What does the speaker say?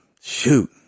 Shoot